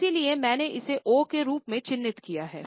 इसलिए मैंने इसे ओ के रूप में चिह्नित किया है